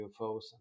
UFOs